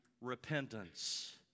repentance